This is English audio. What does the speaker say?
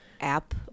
app